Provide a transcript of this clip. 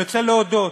אני רוצה להודות,